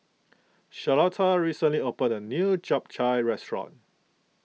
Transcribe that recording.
Charlotta recently opened a new Chap Chai restaurant